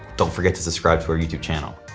don't forget to subscribe to our youtube channel.